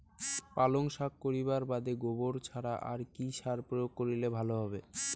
পালং শাক করিবার বাদে গোবর ছাড়া আর কি সার প্রয়োগ করিলে ভালো হবে?